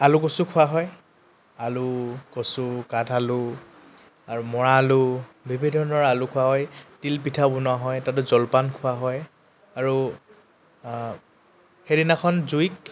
আলু কচু খোৱা হয় আলু কচু কাঠ আলু আৰু মৰা আলু বিভিন্ন ধৰণৰ আলু খোৱা হয় তিলপিঠা বনোৱা হয় তাতে জলপান খোৱা হয় আৰু সেইদিনাখন জুইক